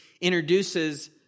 introduces